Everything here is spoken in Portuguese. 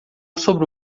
sobre